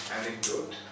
anecdote